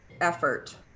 effort